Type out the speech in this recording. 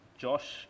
Josh